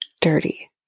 dirty